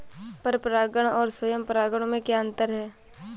पर परागण और स्वयं परागण में क्या अंतर है?